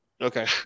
okay